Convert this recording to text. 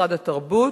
שבמשרד התרבות,